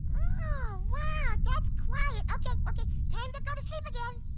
oh wow, that's quiet okay, okay. time to go to sleep again.